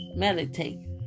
meditate